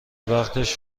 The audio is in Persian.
وقتش